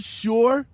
sure